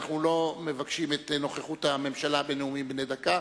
אנחנו לא מבקשים את נוכחות הממשלה בנאומים בני דקה,